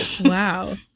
wow